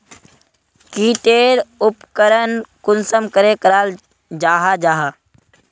की टेर उपकरण कुंसम करे कराल जाहा जाहा?